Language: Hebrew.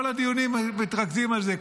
כל הדיונים מתרכזים על זה,